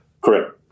Correct